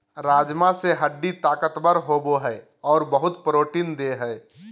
राजमा से हड्डी ताकतबर होबो हइ और बहुत प्रोटीन देय हई